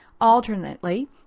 Alternately